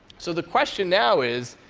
so the question now is,